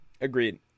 Agreed